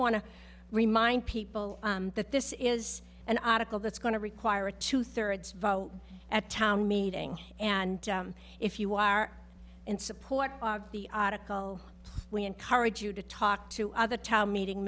want to remind people that this is an article that's going to require a two thirds vote at town meeting and if you are in support of the article we encourage you to talk to other town meeting